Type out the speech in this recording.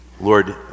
lord